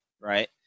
right